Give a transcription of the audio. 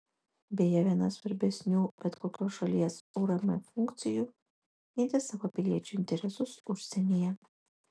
beje viena svarbesnių bet kokios šalies urm funkcijų ginti savo piliečių interesus užsienyje